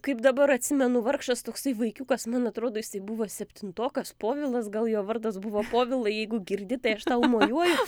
kaip dabar atsimenu vargšas toksai vaikiukas man atrodo jisai buvo septintokas povilas gal jo vardas buvo povilai jeigu girdi tai aš tau mojuoju